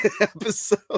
episode